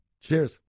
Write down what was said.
Cheers